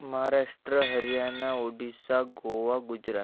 Maharashtra Haryana Orissa Goa Gujarat